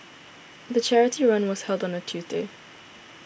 the charity run was held on a Tuesday